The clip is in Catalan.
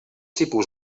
tipus